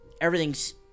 everything's